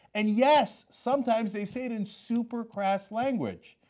and yes, sometimes they say in in supercross language.